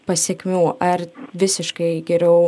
pasekmių ar visiškai geriau